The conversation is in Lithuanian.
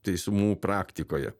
teismų praktikoje